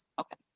okay